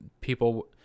people